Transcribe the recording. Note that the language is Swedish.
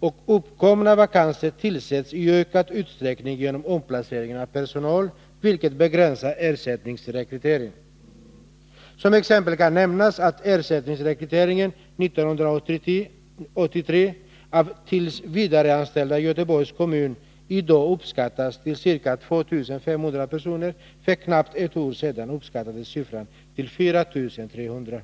och uppkomna vakanser tillsätts i ökad utsträckning genom omplacering av personal, vilket begränsar ersättningsrekryteringen. Som exempel kan nämnas att ersättningsrekryteringen 1983 av tillsvidareanställda i Göteborgs kommun i dag uppskattas till ca 2 500 personer. För knappt ett år sedan var den siffran 4 300.